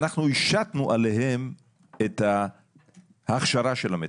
אנחנו השתנו עליהם את ההכשרה של המטפלות.